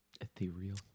ethereal